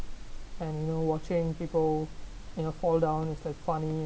and you know watching people in a fall down is like funny